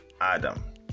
Adam